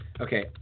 Okay